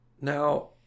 Now